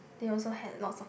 they also had lots of